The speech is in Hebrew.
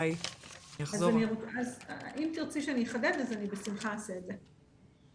אם תרצי שאני אחדד, אז אני בשמחה אעשה את זה.